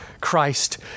Christ